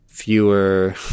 fewer